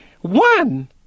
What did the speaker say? one